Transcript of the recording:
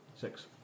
Six